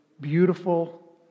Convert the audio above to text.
beautiful